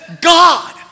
God